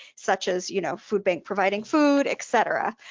such as you know food bank providing food, et cetera.